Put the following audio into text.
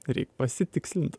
reik pasitikslint